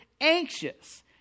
anxious